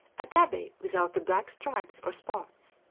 a tabby without the black stripes or spots.